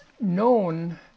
known